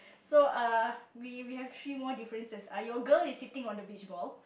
so uh we we have three more differences are your girl is sitting on the beach boll